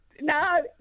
No